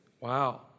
Wow